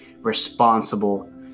responsible